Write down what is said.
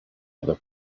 other